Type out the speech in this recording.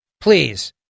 please